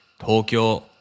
Tokyo